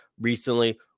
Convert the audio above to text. Recently